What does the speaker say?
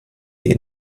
die